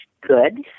good